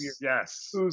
yes